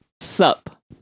Sup